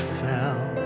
fell